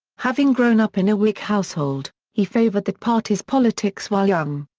having grown up in a whig household, he favored that party's politics while young.